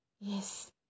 Yes